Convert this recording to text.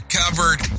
covered